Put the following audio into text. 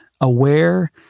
aware